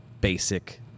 basic